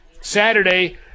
Saturday